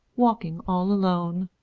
walking all alone.